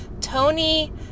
Tony